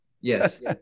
yes